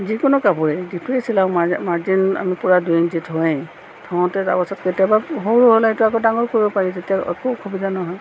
যিকোনো কাপোৰেই যিটোৱে চিলাও মাৰ মাৰ্জিন আমি পূৰা দুই ইঞ্চি থওঁৱেই থওঁতে তাৰপাছত কেতিয়াবা সৰু হ'লে সেইটো আকৌ ডাঙৰ কৰিব পাৰি তেতিয়া একো অসুবিধা নহয়